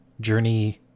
journey